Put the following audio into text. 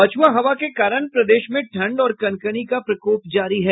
पछ्आ हवा के कारण प्रदेश में ठंड और कनकनी का प्रकोप जारी है